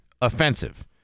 offensive